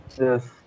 Yes